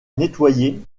nettoyer